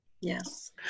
Yes